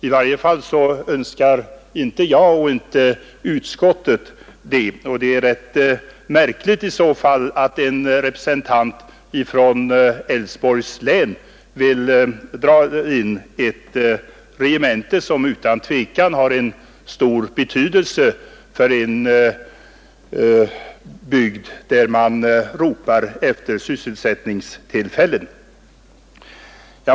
I varje fall önskar inte jag det, och inte utskottet heller. Det är i så fall rätt märkligt att en representant för Älvsborgs län vill lägga ner ett regemente som utan tvivel har stor betydelse för en bygd där man ropar efter sysselsättningstillfällen.